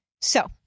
so-